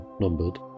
numbered